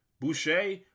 Boucher